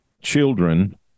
children